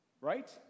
right